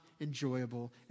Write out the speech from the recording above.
enjoyable